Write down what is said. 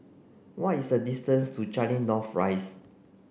what is the distance to Changi North Rise